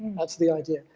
that's the idea.